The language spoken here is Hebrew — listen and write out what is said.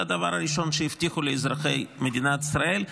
זה הדבר הראשון שהבטיחו לאזרחי מדינת ישראל,